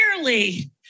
clearly